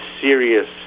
serious